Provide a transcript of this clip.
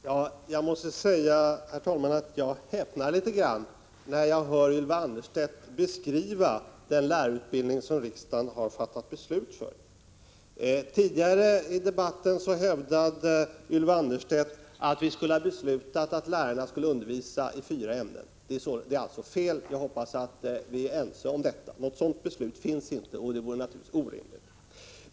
Herr talman! Jag måste säga att jag häpnar när jag hör Ylva Annerstedt beskriva den lärarutbildning som riksdagen har fattat beslut om. Tidigare i debatten hävdade Ylva Annerstedt att vi skulle ha beslutat att lärarna skulle undervisa i fyra ämnen. Det är alltså fel — jag hoppas att vi är ense om det. Något sådant beslut finns inte, och något sådant vore naturligtvis orimligt.